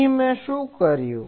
અહી મેં શું કર્યું